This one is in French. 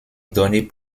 données